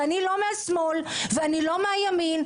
ואני לא מהשמאל ואני לא מהימין.